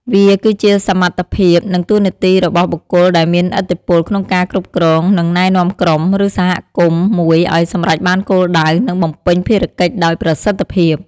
វាគឺជាសមត្ថភាព និងតួនាទីរបស់បុគ្គលដែលមានឥទ្ធិពលក្នុងការគ្រប់គ្រង និងណែនាំក្រុម ឬសហគមន៍មួយឲ្យសម្រេចបានគោលដៅ និងបំពេញភារកិច្ចដោយប្រសិទ្ធភាព។